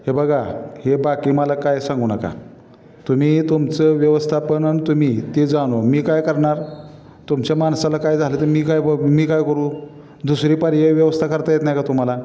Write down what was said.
हे बघा हे बाकी मला काय सांगू नका तुम्ही तुमचं व्यवस्थापन आणि तुम्ही ते जाणो मी काय करणार तुमच्या माणसाला काय झालं तर मी काय ब मी काय करू दुसरीपार हे व्यवस्था करता येत नाही का तुम्हाला